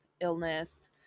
illness